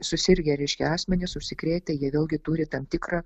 susirgę reiškia asmenys užsikrėtę jie vėlgi turi tam tikrą